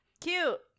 Cute